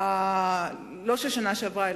לא של השנה שעברה,